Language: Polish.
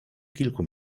kilku